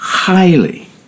highly